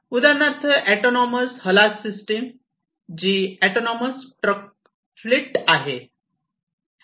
उदाहरणार्थ autonomous haulage system जी autonomous truck fleet आहे